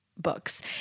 books